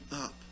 up